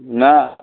नहि